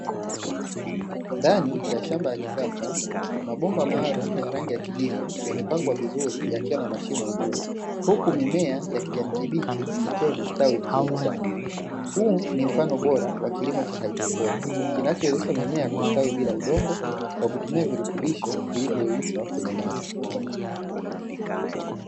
Ndani ya shamba la kisasa, mabomba maalumu ya rangi ya kijivu, yamepangwa vizuri yakiwa na mashimo juu, huku mimea ya kijani kibichi ikiwa imestawi vizuri sana. Huu ni mfano bora wa kilimo cha haidroponi, kinachowezesha mimea kustawi bila udongo, kwa kutumia virutubisho vilivyoyeyushwa kwenye maji.